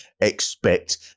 expect